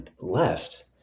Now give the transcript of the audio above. left